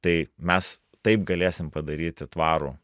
tai mes taip galėsim padaryti tvarų